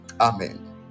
amen